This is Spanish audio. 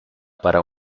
para